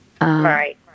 Right